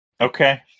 Okay